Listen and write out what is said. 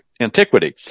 Antiquity